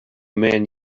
man